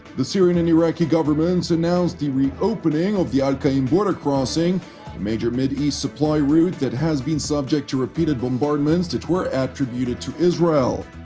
the syrian and iraqi governments announced the reopening of the al-qa'im border-crossing, a major mideast supply route that has been subject to repeated bombardments that were attributed to israel.